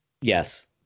yes